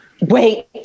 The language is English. Wait